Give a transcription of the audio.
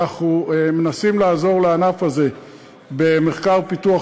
אנחנו מנסים לעזור לענף הזה במחקר ופיתוח,